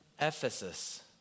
Ephesus